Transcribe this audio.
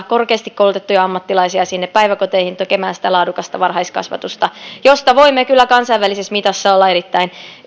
korkeasti koulutettuja ammattilaisia sinne päiväkoteihin tekemään sitä laadukasta varhaiskasvatusta josta voimme kyllä kansainvälisessä mitassa olla erittäin